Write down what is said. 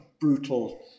brutal